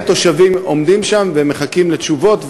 הרבה תושבים עומדים שם ומחכים לתשובות,